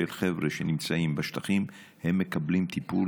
חבר'ה שנמצאים בשטחים והם מקבלים טיפול,